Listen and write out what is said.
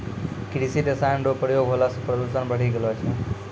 कृषि रसायन रो प्रयोग होला से प्रदूषण बढ़ी गेलो छै